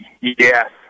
Yes